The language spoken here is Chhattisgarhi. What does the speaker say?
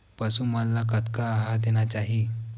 पशु मन ला कतना आहार देना चाही?